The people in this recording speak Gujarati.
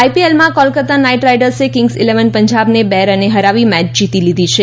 આઇપીએલમાં કોલકતા નાઇટ રાઇડર્સે કિંગ્સ ઇલેવન પંજાબને બે રને હરાવી મેચ જીતી લીધી છે